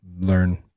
learn